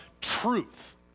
truth